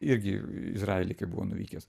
irgi izraely kai buvo nuvykęs